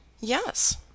yes